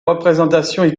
représentations